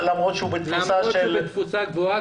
למרות שהוא בתפוסה גבוהה,